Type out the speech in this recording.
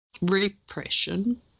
repression